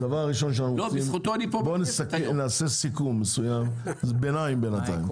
נעשה סיכום ביניים בינתיים.